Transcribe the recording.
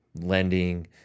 lending